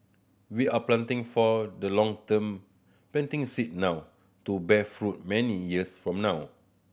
we are planting for the long term planting seed now to bear fruit many years from now